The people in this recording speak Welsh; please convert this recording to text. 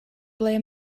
ble